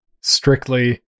strictly